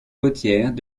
côtières